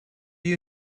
you